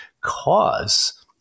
cause